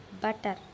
Butter